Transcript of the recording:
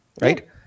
right